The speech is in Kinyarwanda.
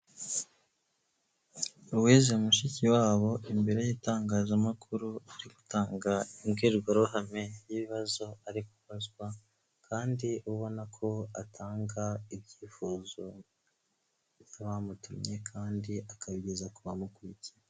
Louise Mushikiwabo imbere y'itangazamakuru ari gutanga imbwirwaruhame y'ibibazo ari kubazwa, kandi ubona ko atanga ibyifuzo by'abamutumye kandi akabigeza ku bamukurikiye.